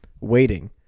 waiting